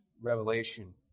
revelation